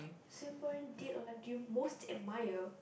Singaporean dead or alive do you most admire